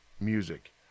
music